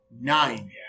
Nine